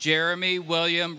jeremy william